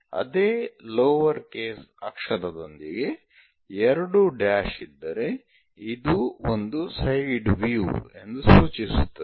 ಅದೇ lower case ಅಕ್ಷರದೊಂದಿಗೆ ಎರಡು ಡ್ಯಾಶ್ ಇದ್ದರೆ ಇದು ಒಂದು ಸೈಡ್ ವ್ಯೂ ಎಂದು ಸೂಚಿಸುತ್ತದೆ